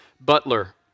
Butler